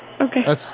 Okay